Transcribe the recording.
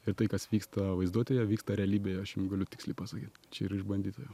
ir tai kas vyksta vaizduotėje vyksta realybėje aš jum galiu tiksliai pasakyt čia yra išbandyta jau